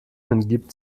hingibt